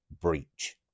breach